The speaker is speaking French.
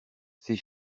ces